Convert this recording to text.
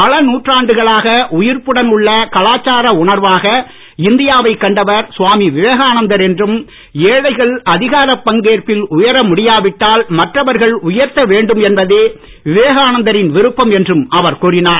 பல நூற்றாண்டுகளாக உயிர்ப்புடன் உள்ள கலாச்சார உணர்வாக இந்தியாவை கண்டவர் சுவாமி விவேகானந்தர் என்றும் ஏழைகள் அதிகாரப் பங்கேற்பில் உயர முடியாவிட்டால் மற்றவர்கள் உயர்த்த வேண்டும் என்பதே விவேகானந்தரின் விருப்பம் என்றும் அவர் கூறினார்